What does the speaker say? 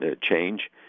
change